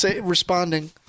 responding